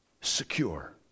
secure